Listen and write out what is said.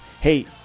Hey